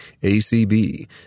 ACB